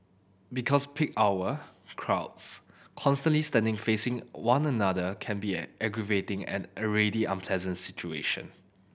because peak hour crowds constantly standing facing one another can be aggravating and already unpleasant situation